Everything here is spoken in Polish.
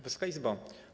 Wysoka Izbo!